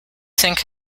think